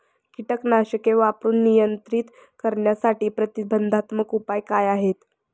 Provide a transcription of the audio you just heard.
कीटकनाशके वापरून नियंत्रित करण्यासाठी प्रतिबंधात्मक उपाय काय आहेत?